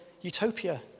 utopia